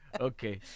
Okay